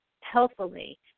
healthfully